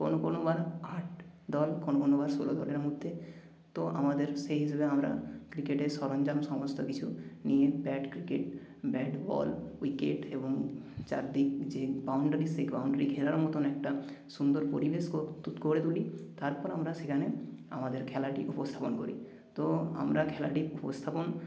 কোনও কোনও বার আট দল কোনও কোনও বার ষোলো দলের মধ্যে তো আমাদের সেই হিসেবে আমরা ক্রিকেটের সরঞ্জাম সমস্ত কিছু নিয়ে bat cricket bat ball wicket এবং চারদিক যে বাউণ্ডারি সেই বাউণ্ডারি ঘেরার মতন একটা সুন্দর পরিবেশ করে তুলি তারপর আমরা সেখানে আমাদের খেলাটি উপস্থাপন করি তো আমরা খেলাটি উপস্থাপন